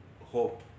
hope